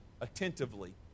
attentively